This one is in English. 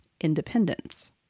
independence